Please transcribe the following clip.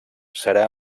serà